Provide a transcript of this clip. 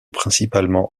principalement